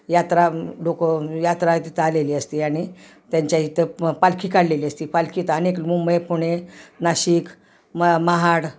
यात्रा लो यात्रा तिथं आलेली असती आणि त्यांच्या इथं मग पालखी काढलेली असते पालखीत अनेक मुंबई पुणे नाशिक म महाड